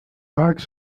vagues